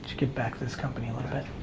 should give back to the company a little bit,